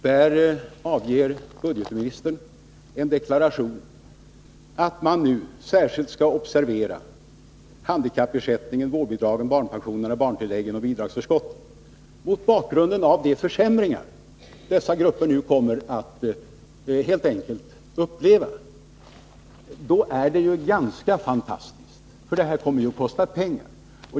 Där avger budgetministern en deklaration att man särskilt skall observera ”handikappersättning, vårdbidrag, barnpension, barntillägg och bidragsförskott” mot bakgrund av de försämringar som de ifrågavarande grupperna nu kommer att uppleva. Det är ganska fantastiskt, för det här kommer ju att kosta pengar.